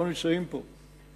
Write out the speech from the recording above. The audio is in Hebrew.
לא נמצאים פה,